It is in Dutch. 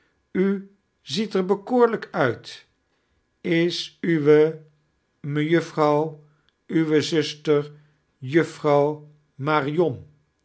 u ziet ear bekoorlijk uit is uwe mejuffrouw uwe zuster juffrouw marion